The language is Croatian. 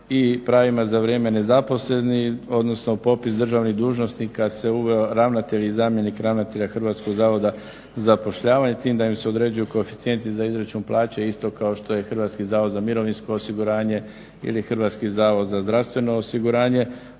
i pravima za vrijeme nezaposlenosti, odnosno u popis državnih dužnosnika se uveo ravnatelj i zamjenik ravnatelja Hrvatskog zavoda za zapošljavanje s tim da im se određuju koeficijenti za izračun plaće isto kao što je HZMO ili HZZO. Ono što smo vidjeli da u zakon nema ravnatelja